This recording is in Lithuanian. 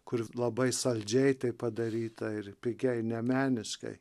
kur labai saldžiai taip padaryta ir pigiai ne meniškai